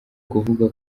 kuvuga